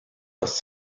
does